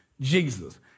Jesus